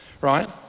right